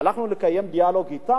ואני הלכנו לקיים דיאלוג אתם,